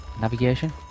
Navigation